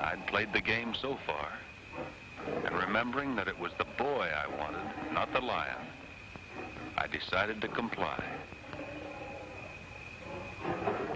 i played the game so far and remembering that it was the boy i want not the liar i decided to comply